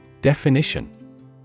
Definition